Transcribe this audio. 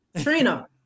Trina